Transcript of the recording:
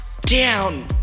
down